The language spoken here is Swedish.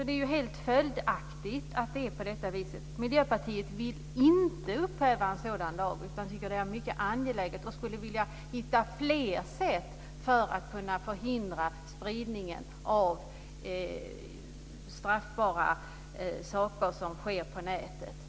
Det är helt följdriktigt att det är på detta vis. Miljöpartiet vill inte upphäva en sådan lag utan tycker att den är mycket angelägen. Vi skulle vilja hitta fler sätt att förhindra spridningen av straffbara saker på nätet.